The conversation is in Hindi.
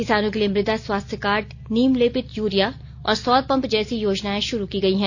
किसानों के लिए मृदा स्वास्थ्य कार्ड नीम लेपित यूरिया और सौर पंप जैसी योजनाए शुरू की गई हैं